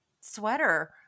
sweater